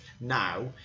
Now